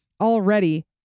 already